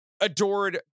adored